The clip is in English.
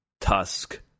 Tusk